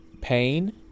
pain